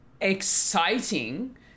exciting